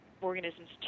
organisms